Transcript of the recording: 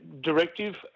Directive